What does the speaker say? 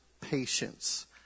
patience